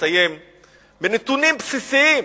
אסיים בנתונים בסיסיים: